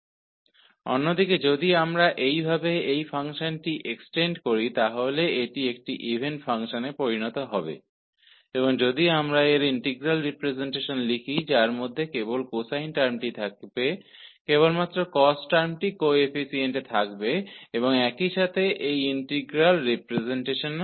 दूसरी ओर यदि हम इस फ़ंक्शन को इस प्रकार विस्तारित करते हैं तो यह एक इवन फ़ंक्शन बन जाएगा और यदि हम इसका इंटीग्रल रिप्रजेंटेशन लिखते हैं उसमें केवल कोसाइन पद होगा केवल कोस पद होगा कोएफ़िशिएंट में और साथ ही इस इंटीग्रल रिप्रजेंटेशन में